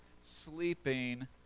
sleeping